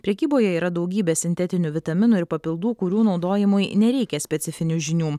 prekyboje yra daugybė sintetinių vitaminų ir papildų kurių naudojimui nereikia specifinių žinių